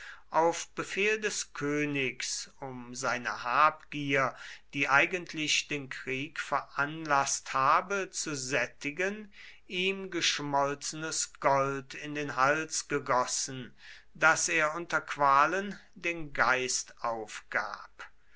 auf befehl des königs um seine habgier die eigentlich den krieg veranlaßt habe zu sättigen ihm geschmolzenes gold in den hals gegossen daß er unter qualen den geist aufgab